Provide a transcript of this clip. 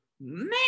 Man